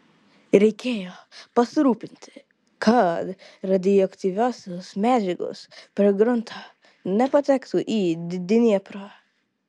reikėjo pasirūpinti kad radioaktyviosios medžiagos per gruntą nepatektų į dnieprą